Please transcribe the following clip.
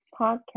podcast